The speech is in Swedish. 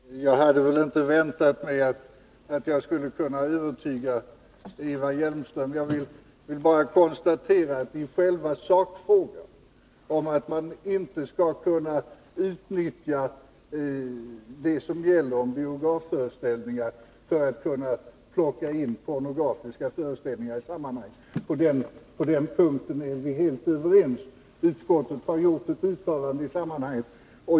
Herr talman! Jag hade väl inte väntat mig att jag skulle kunna övertyga Eva Hjelmström. Jag vill bara konstatera att vi är helt överens i själv sakfrågan om att man inte skall utnyttja det som gäller om biografföreställningar för att kunna plocka in pornografiska föreställningar. Utskottet har gjort ett uttalande i det sammanhanget.